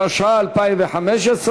התשע"ה 2015,